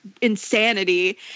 insanity